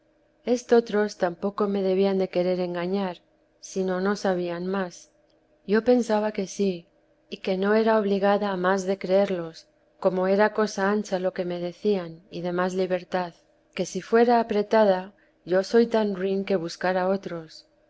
engañó estotros tampoco me debían de querer engañar sino no sabían más yo pensaba que sí y que no era obligada a más de creerlos como era cosa ancha lo que me decían y de más libertad que si fuera apretada yo soy tan ruin que buscara otros